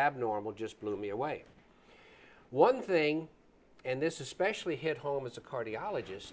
abnormal just blew me away one thing and this is especially hit home as a cardiologist